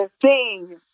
sing